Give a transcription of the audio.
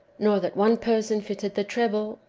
nor that one person fitted the treble,